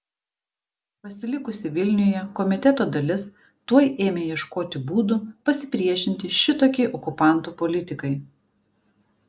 pasilikusi vilniuje komiteto dalis tuoj ėmė ieškoti būdų pasipriešinti šitokiai okupantų politikai